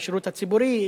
בשירות הציבורי.